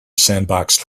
sandboxed